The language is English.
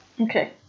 Okay